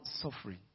suffering